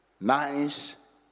nice